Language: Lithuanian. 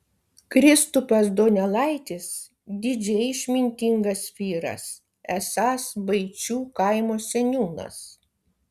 kristupas donelaitis didžiai išmintingas vyras esąs baičių kaimo seniūnas